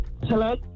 Hello